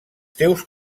teus